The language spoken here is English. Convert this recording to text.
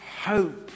hope